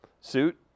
Suit